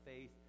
faith